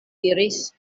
diris